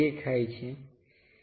તો આ તે ઓબ્જેક્ટની સામેની બાજુ છે